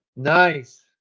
Nice